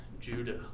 Judah